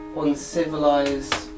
uncivilized